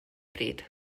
bryd